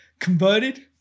Converted